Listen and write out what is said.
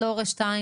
לא "הורה 2",